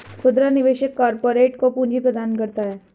खुदरा निवेशक कारपोरेट को पूंजी प्रदान करता है